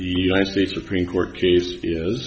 united states supreme court case is